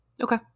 Okay